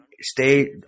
Stay